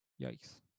Yikes